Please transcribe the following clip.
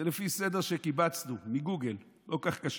זה לפי סדר שקיבצנו מגוגל, לא כל כך קשה.